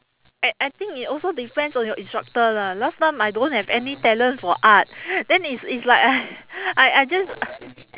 I I think it also depends on your instructor lah last time I don't have any talent for art then it's it's like I I I just